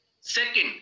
Second